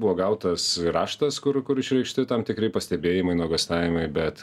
buvo gautas raštas kur kur išreikšti tam tikri pastebėjimai nuogąstavimai bet